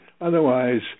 Otherwise